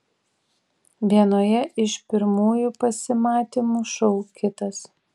vienoje iš pirmųjų pasimatymų šou kitas